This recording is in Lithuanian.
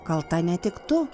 kalta ne tik tu